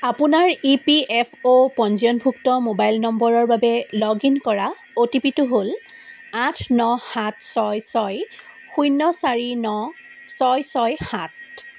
আপোনাৰ E P F O পঞ্জীয়নভুক্ত mobile নম্বৰৰ বাবে লগ ইন কৰা অ' টি পি টো হ'ল আঠ ন সাত ছয় ছয় শূন্য চাৰি ন ছয় ছয় সাত